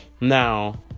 Now